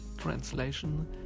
translation